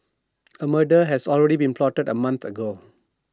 A murder had already been plotted A month ago